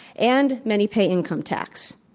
and many pay income tax.